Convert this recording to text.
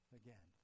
again